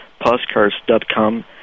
Postcards.com